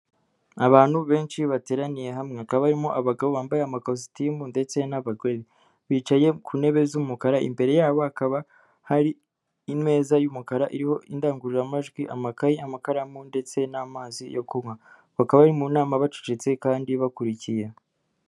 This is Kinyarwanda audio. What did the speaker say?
Abantu benshi bateraniye hamwe hakaba barimo abagabo bambaye amakositimu ndetse n'abagore. Bicaye ku ntebe z'umukara imbere yabo hakaba hari imeza y'umukara iriho indangururamajwi, amakaye, amakaramu ndetse n'amazi yo kunywa, bakaba bari mu nama bacecetse kandi bakurikiye.